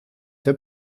der